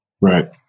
Right